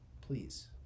please